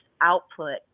output